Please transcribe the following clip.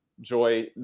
joy